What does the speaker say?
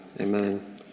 amen